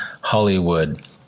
hollywood